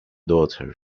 daughter